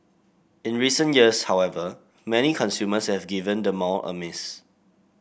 in recent years however many consumers have given the mall a miss